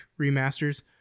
remasters